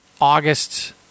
August